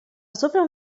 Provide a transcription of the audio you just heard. zowią